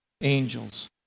angels